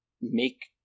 make